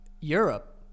Europe